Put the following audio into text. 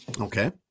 Okay